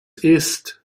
ist